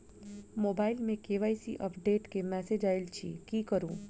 Mobile मे KYC update केँ message आइल अछि की करू?